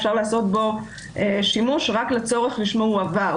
אפשר לעשות בו שימוש רק לצורך לשמו הוא הועבר.